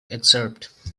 excerpt